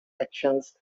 actions